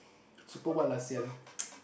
super what lah [sial]